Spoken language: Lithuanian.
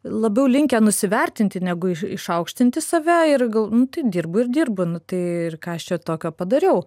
labiau linkę nusivertinti negu išaukštinti save ir gal nu tai dirbu ir dirbu tai ir ką aš čia tokio padariau